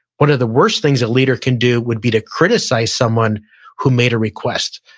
one of the worst things a leader can do would be to criticize someone who made a request.